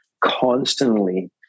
constantly